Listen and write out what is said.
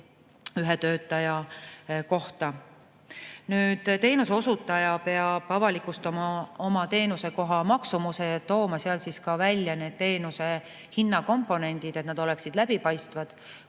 ühe töötaja kohta 9 klienti. Teenuse osutaja peab avalikustama oma teenusekoha maksumuse ja tooma seal välja ka teenuse hinnakomponendid, et need oleksid läbipaistvad.